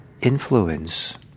influence